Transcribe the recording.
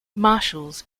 marshals